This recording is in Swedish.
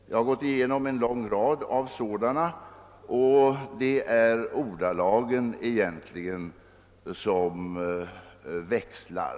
Jag har gått igenom en lång rad sådana rapporter, och det är egentligen bara ordalagen som växlar.